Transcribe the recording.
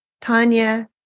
Tanya